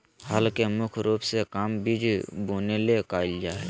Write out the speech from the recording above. हल के मुख्य रूप से काम बिज बुने ले कयल जा हइ